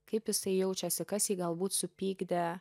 kaip jisai jaučiasi kas jį galbūt supykdė